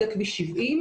זה כביש 70,